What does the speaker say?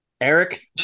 Eric